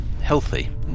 healthy